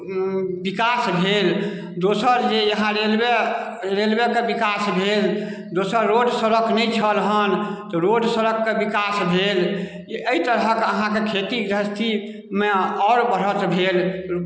विकास भेल दोसर जे यहाँ रेलवे रेलवेके विकास भेल एहिठाम रोड सड़क नहि छल हन तऽ रोड सड़कके विकास भेल एहि तरहक अहाँके खेती गृहस्थीमे आओर बढ़त भेल